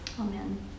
Amen